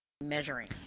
Measuring